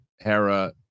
Hera